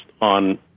on –